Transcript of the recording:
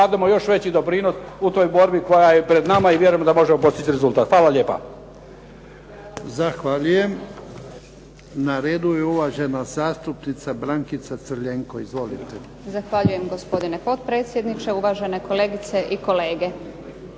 dademo još veći doprinos u toj borbi koja je pred nama i vjerujemo da možemo postići rezultat. Hvala lijepa.